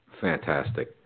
Fantastic